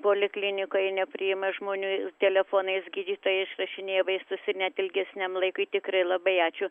poliklinikoj nepriima žmonių telefonais gydytojai išrašinėja vaistus ir net ilgesniam laikui tikrai labai ačiū